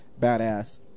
badass